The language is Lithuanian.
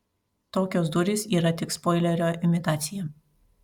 tokios durys yra tik spoilerio imitacija